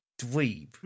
dweeb